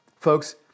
folks